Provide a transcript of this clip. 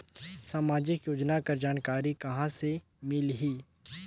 समाजिक योजना कर जानकारी कहाँ से मिलही?